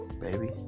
baby